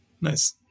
Nice